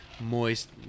moist